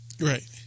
Right